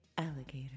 Alligator